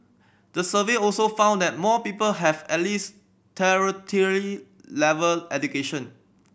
the survey also found that more people have at least tertiary level education